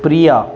Priya